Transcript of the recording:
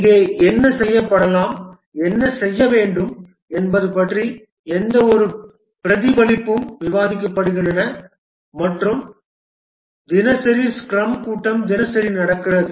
இங்கே என்ன செய்யப்படலாம் என்ன செய்ய வேண்டும் என்பது பற்றிய எந்தவொரு பிரதிபலிப்புகளும் விவாதிக்கப்படுகின்றன மற்றும் தினசரி ஸ்க்ரம் கூட்டம் தினசரி நடக்கிறது